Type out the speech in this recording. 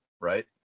right